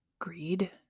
Greed